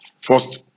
first